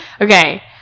Okay